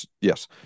Yes